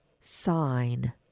sign